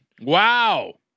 Wow